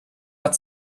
hot